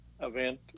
event